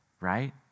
right